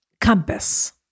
compass